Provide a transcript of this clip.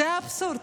זה אבסורד.